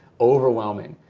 overwhelming.